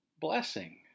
blessing